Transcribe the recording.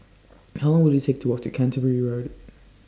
How Long Will IT Take to Walk to Canterbury Road